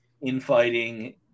infighting